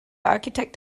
architect